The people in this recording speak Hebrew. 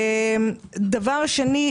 דבר שני.